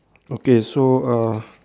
okay so uh